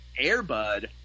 Airbud